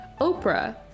Oprah